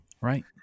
right